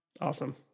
Awesome